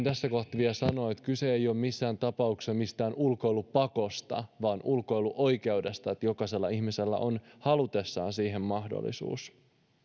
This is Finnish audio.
tässä kohtaa vielä sanoa että kyse ei ole missään tapauksessa mistään ulkoilupakosta vaan ulkoiluoikeudesta että jokaisella ihmisellä on halutessaan siihen mahdollisuus